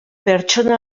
pertsona